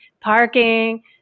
parking